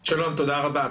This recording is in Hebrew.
שלום תודה רבה.